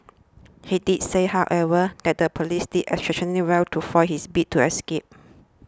he did say however that the police did exceptionally well to foil his bid to escape